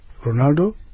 Ronaldo